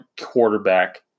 quarterback